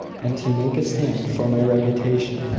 and to make a stand for my reputation.